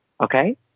Okay